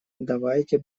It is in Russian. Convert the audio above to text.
давайте